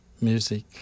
music